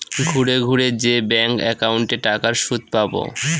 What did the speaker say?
ঘুরে ঘুরে যে ব্যাঙ্ক একাউন্টে টাকার সুদ পাবো